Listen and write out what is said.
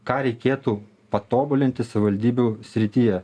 ką reikėtų patobulinti savivaldybių srityje